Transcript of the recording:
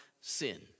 sin